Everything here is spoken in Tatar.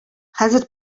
хәзер